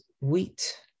wheat